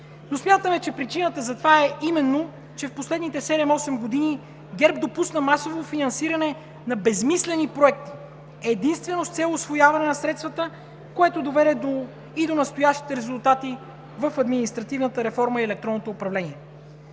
но смятаме, че причината за това е именно, че в последните седем-осем години ГЕРБ допусна масово финансиране на безсмислени проекти единствено с цел усвояване на средствата, което доведе и до настоящите резултати в административната реформа и електронното управление.